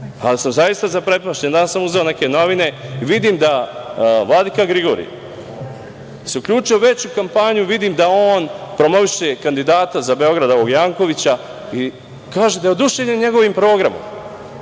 Ali sam zaista zaprepašćen, danas sam uzeo neke novine, vidim da vladika Grigorije se uključio u već u kampanju, vidim da on promoviše kandidata za Beograd, ovog Jankovića i kaže da je oduševljen njegovim programom.